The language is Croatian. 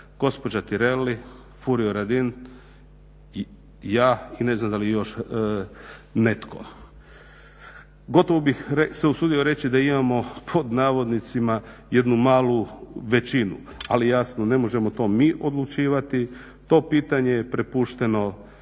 gospođa Tireli, Furio Radin, ja i ne znam da li još netko. Gotovo bih se usudio reći da imamo pod navodnicima jednu malu većinu ali jasno ne možemo to mi odlučivati, to pitanje je prepušteno